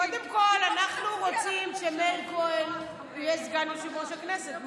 קודם כול אנחנו רוצים שמאיר כהן יהיה סגן יושב-ראש הכנסת.